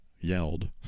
yelled